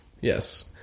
Yes